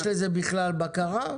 יש לזה בכלל בקרה?